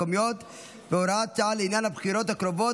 במקום חבר הכנסת אלי דלל תכהן חברת הכנסת גלית דיסטל אטבריאן.